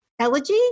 Elegy